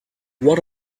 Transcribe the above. what